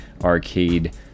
arcade